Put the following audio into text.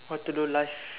what to do life